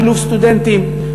שילוב סטודנטים,